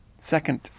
Second